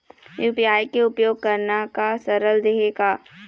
UPI के उपयोग करना का सरल देहें का?